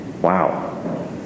Wow